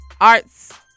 Arts